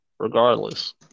Regardless